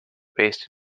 based